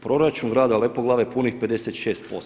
Proračun Grada Lepoglave punih 56%